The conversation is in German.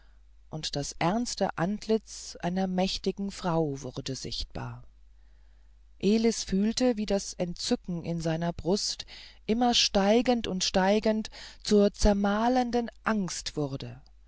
und das ernste antlitz einer mächtigen frau wurde sichtbar elis fühlte wie das entzücken in seiner brust immer steigend und steigend zur zermalmenden angst wurde